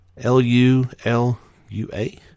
L-U-L-U-A